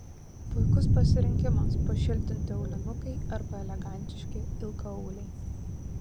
puikus pasirinkimas pašiltinti aulinukai arba elegantiški ilgaauliai